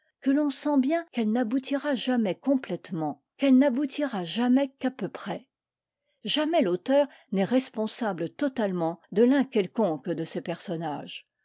que l'on sent bien qu'elle n'aboutira jamais complètement qu'elle n'aboutira jamais qu'à peu près jamais l'auteur n'est responsable totalement de l'un quelconque de ses personnages